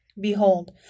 behold